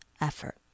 effort